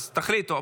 אז תחליטו.